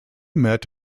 met